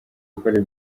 gukora